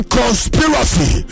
conspiracy